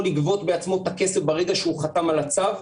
לגבות בעצמו את הכסף ברגע שהוא חתם על הצו,